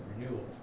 renewal